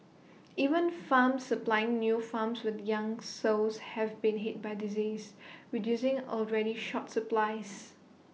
even farms supplying new farms with young sows have been hit by disease reducing already short supplies